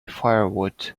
firewood